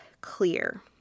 clear